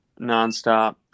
nonstop